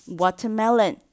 watermelon